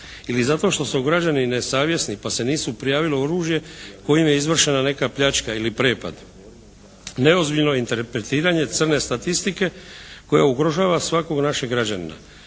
ili zato što su građani nesavjesni pa se nisu prijavili oružje kojim je izvršena neka pljačka ili prepad, neozbiljno interpretiranje crne statistike koja ugrožava svakog našeg građanina.